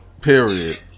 Period